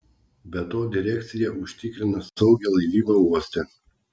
be to direkcija užtikrina saugią laivybą uoste